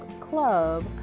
club